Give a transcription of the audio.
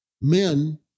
Men